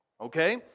Okay